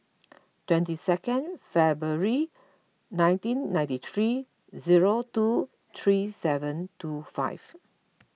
twenty second February nineteen ninety three zero two three seven two five